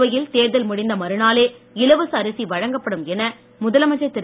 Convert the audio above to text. புதுவையில் தேர்தல் முடிந்த மறுநாளே இலவச அரிசி வழங்கப்படும் என முதலமைச்சர் திரு